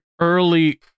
early